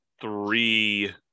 three